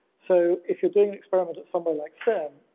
so if you're doing an experiment at somewhere like serm,